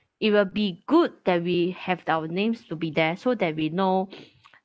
it will be good that we have our names to be there so that we know